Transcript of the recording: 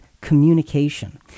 communication